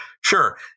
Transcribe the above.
Sure